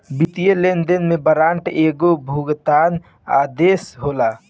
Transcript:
वित्तीय लेनदेन में वारंट एगो भुगतान आदेश होला